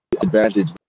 advantage